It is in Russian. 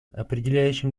определяющим